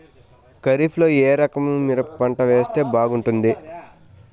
ఖరీఫ్ లో ఏ రకము మిరప పంట వేస్తే బాగుంటుంది